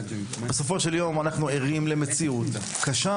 בסופו של דבר אנחנו באמת ערים למציאות קשה